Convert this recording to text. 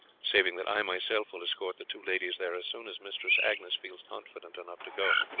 saving that i myself will escort the two ladies there as soon as mistress agnes feels confident enough to go.